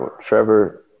Trevor